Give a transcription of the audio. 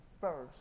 first